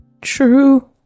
true